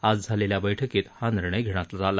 आज झालेल्या बैठकीत हा निर्णय घेण्यात आला